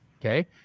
Okay